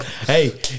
Hey